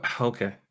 Okay